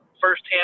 firsthand